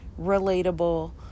relatable